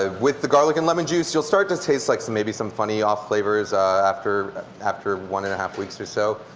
ah with the garlic and lemon juice you'll start to taste like maybe some funny off flavors after after one and a half weeks or so.